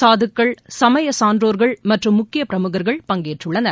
சாதுக்கள் சமயச் சான்றோர்கள் மற்றும் முக்கிய பிரமுகர்கள் பங்கேற்றுள்ளனர்